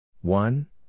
one